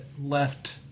left